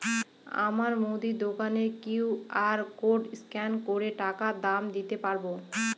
আমার মুদি দোকানের কিউ.আর কোড স্ক্যান করে টাকা দাম দিতে পারব?